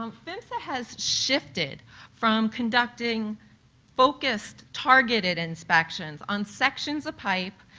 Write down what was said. um phmsa has shifted from conducting focused, targeted inspections on sections of pipe,